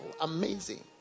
amazing